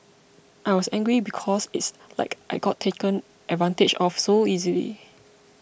I was angry because it's like I got taken advantage of so easily